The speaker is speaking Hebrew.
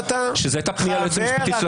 שזו הייתה פנייה ליועצת המשפטית של